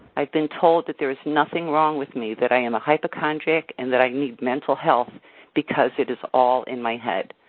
i've been told that there is nothing wrong with me, that i am a hypochondriac, and that i need mental help because it is all in my head.